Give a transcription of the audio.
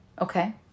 Okay